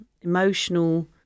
emotional